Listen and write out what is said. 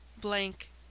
blank